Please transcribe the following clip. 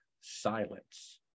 silence